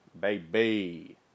baby